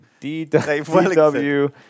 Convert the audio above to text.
DW